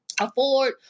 afford